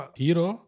hero